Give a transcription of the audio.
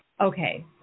Okay